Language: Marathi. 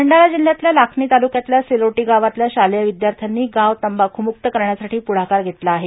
भंडारा जिल्ह्यातल्या लाखनी तालुक्यातल्या सेलोटी गावातल्या शालेय विद्यार्थ्यांनी गाव तंबाख्रमुक्त करण्यासाठी पुढाकार घेतला आहे